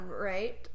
right